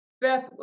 Beth